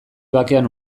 bakean